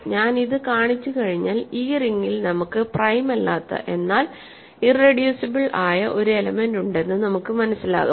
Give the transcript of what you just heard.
ഞാൻ ഇത് കാണിച്ചുകഴിഞ്ഞാൽ ഈ റിംഗിൽ നമുക്ക് പ്രൈം അല്ലാത്ത എന്നാൽ ഇറെഡ്യൂസിബിൾ ആയ ഒരു എലെമെൻറ് ഉണ്ടെന്ന് നമുക്ക് മനസിലാകും